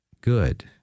good